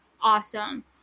awesome